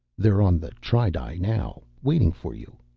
they're on the tri-di now, waiting for you.